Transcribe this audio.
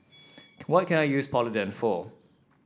what can I use Polident for